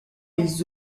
les